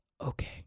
okay